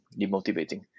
demotivating